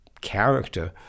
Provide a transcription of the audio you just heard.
character